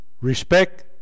respect